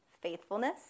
faithfulness